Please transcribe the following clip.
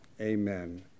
amen